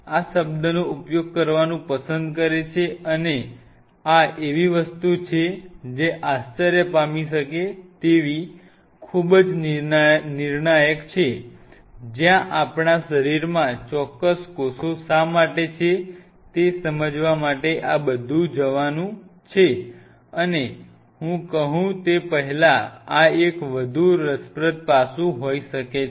આ શબ્દનો ઉપયોગ કરવાનું પસંદ કરે છે અને આ એવી વસ્તુ છે જે આશ્ચર્ય પામી શકે તેવી ખૂબ જ નિર્ણાયક છે જ્યાંઆપણા શરીરમાં ચોક્કસ કોષો શા માટે છે તે સમજવા માટે આ બધું જવાનું છે અને હું કહું તે પહેલાં આ એક વધુ રસપ્રદ પાસું હોઈ શકે છે